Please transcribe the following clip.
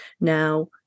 Now